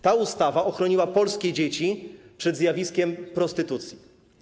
Ta ustawa ochroniła polskie dzieci przed zjawiskiem prostytucji.